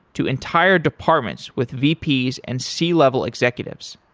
to entire departments with vps and c-level executives.